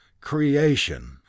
creation